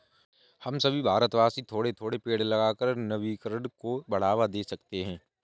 हम सभी भारतवासी थोड़े थोड़े पेड़ लगाकर वनीकरण को बढ़ावा दे सकते हैं